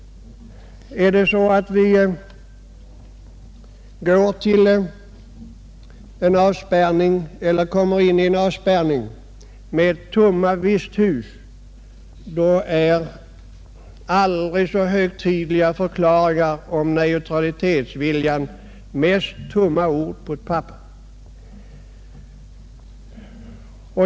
Är det så att vi kommer in i en avspärrning med tomma visthus, då är aldrig så högtidliga förklaringar om neutralitetsviljan mest tomma ord på ett papper.